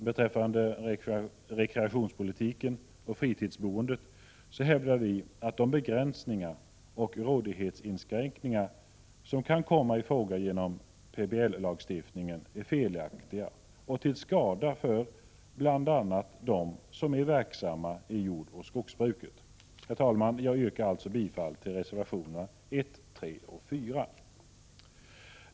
Beträffande rekreationspolitiken och fritidsboendet hävdar vi att de begränsningar och rådighetsinskränkningar som kan komma i fråga genom PBL-lagstiftningen är felaktiga och är till skada bl.a. för dem som är verksamma inom jordoch skogsbruket. Herr talman! Jag yrkar bifall till reservationerna 1, 3 och 4.